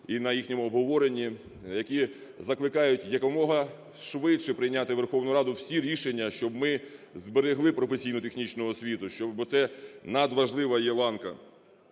і на їхньому обговоренні, які закликають якомога швидше прийняти Верховну Раду всі рішення, щоб ми зберегли професійно-технічну освіту, бо це надважлива є ланка.